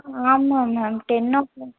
ஆமாம் ma'am ten ஓ clock